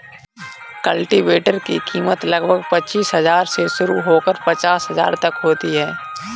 cultivator की कीमत लगभग पचीस हजार से शुरू होकर पचास हजार तक होती है